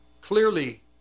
Clearly